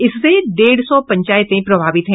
इससे डेढ़ सौ पंचायत प्रभावित है